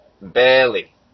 Barely